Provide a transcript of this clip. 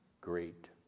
great